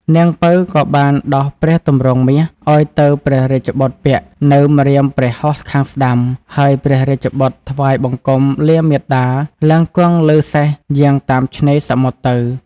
នាង ពៅ ក៏បានដោះព្រះទម្រង់មាសឲ្យទៅព្រះរាជបុត្រពាក់នៅម្រាមព្រះហស្តខាងស្តាំ ហើយព្រះរាជបុត្រថ្វាយបង្គំលាមាតាឡើងគង់លើសេះយាងតាមឆេ្នរសមុទ្រទៅ។